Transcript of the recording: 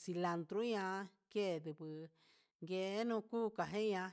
cilandro ña'a kenduu yenu jun kajeña'a.